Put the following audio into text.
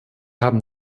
haben